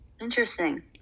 Interesting